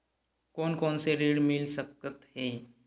कोन कोन से ऋण मिल सकत हे?